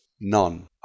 None